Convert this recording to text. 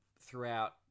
throughout